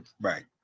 right